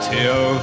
Till